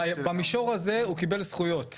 במישור הזה הוא קיבל זכויות,